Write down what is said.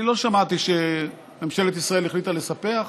אני לא שמעתי שממשלת ישראל החליטה לספח.